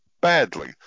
badly